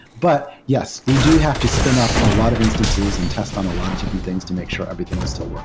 but, yes. we do have to spin up a lot of instances and test on a lot of different things to make sure everything is still working.